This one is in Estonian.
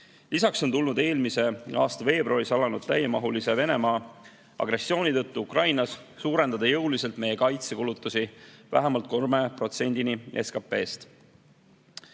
Lisaks on tulnud eelmise aasta veebruaris alanud Venemaa täiemahulise agressiooni tõttu Ukrainas suurendada jõuliselt meie kaitsekulutusi vähemalt 3%-ni SKT-st.